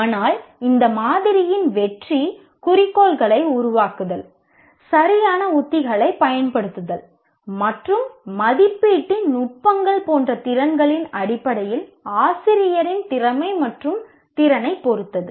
ஆனால் இந்த மாதிரியின் வெற்றி குறிக்கோள்களை உருவாக்குதல் சரியான உத்திகளைப் பயன்படுத்துதல் மற்றும் மதிப்பீட்டின் நுட்பங்கள் போன்ற திறன்களின் அடிப்படையில் ஆசிரியரின் திறமை மற்றும் திறனைப் பொறுத்தது